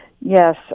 Yes